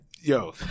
Yo